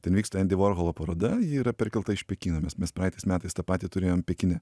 ten vyksta endy vorholo paroda ji yra perkelta iš pekino nes mes praeitais metais tą patį turėjom pekine